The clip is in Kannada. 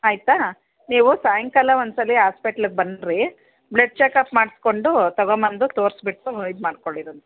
ಆಯಿತಾ ನೀವು ಸಾಯಂಕಾಲ ಒಂದ್ಸಲ ಆಸ್ಪೆಟ್ಲಗೆ ಬನ್ನಿರಿ ಬ್ಲಡ್ ಚಕಪ್ ಮಾಡಿಸ್ಕೊಂಡು ತಗೊಂಡ್ ಬಂದು ತೋರಿಸ್ಬಿಟ್ಟು ಇದು ಮಾಡ್ಕೊಳ್ಳುವಿರಂತೆ